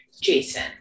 Jason